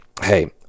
hey